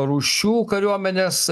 rūšių kariuomenės